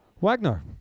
wagner